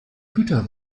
güter